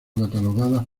catalogada